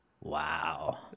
Wow